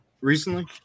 recently